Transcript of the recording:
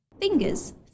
Fingers